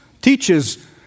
teaches